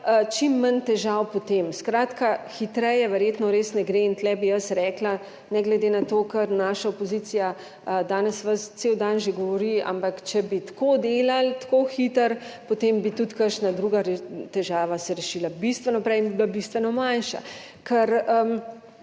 čim manj težav potem. Skratka, hitreje verjetno res ne gre in tu bi jaz rekla, ne glede na to, kar naša opozicija danes vas, cel dan že govori, ampak, če bi tako delali, tako hitro, potem bi tudi kakšna druga težava se rešila bistveno prej in bi bila bistveno manjša, ker,